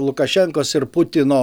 lukašenkos ir putino